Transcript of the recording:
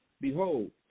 Behold